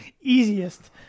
easiest